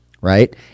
right